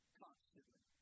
constantly